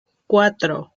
cuatro